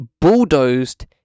bulldozed